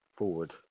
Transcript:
forward